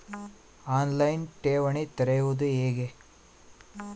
On line ಠೇವಣಿ ತೆರೆಯುವುದು ಹೇಗೆ?